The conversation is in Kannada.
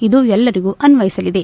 ಇದು ಎಲ್ಲರಿಗೂ ಅನ್ವಯಿಸಲಿದೆ